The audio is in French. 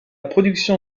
production